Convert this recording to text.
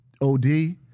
OD